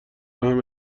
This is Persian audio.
بهم